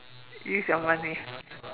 use your money